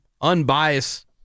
unbiased